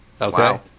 Okay